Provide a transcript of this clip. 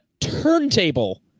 turntable